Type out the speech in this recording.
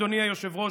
אדוני היושב-ראש,